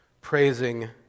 praising